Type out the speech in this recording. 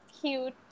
Cute